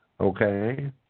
Okay